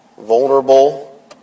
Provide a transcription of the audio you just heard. Vulnerable